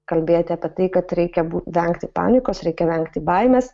kalbėti apie tai kad reikia būt vengti panikos reikia vengti baimės